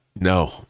no